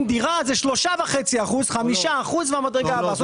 דירה היא 3.5% - 5% זו המדרגה הבאה.